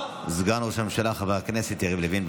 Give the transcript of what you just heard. סגן ראש הממשלה חבר הכנסת יריב לוין.